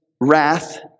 wrath